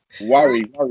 worry